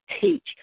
teach